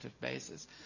basis